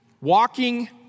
walking